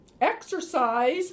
exercise